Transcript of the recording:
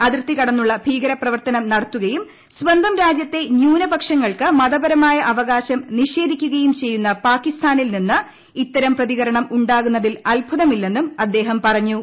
അതിർത്തി കടന്നുള്ള ഭീകരപ്രവർത്തനം നടത്തുകയും സ്വന്തം രാജ്യത്തെ ന്യൂനപക്ഷങ്ങൾക്ക് മതപരമായു അവകാശം നിഷേധിക്കു കയും ചെയ്യുന്ന പാകിസ്ഥാനിൽ നിന്ന് ഇത്തരം പ്രതികരണം ഉണ്ടാവുന്നതിൽ അത്ഭുതമില്ലെന്നും അദ്ദേഹം പറഞ്ഞു